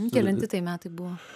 kelinti tai metai buvo